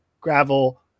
gravel